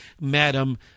Madam